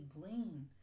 glean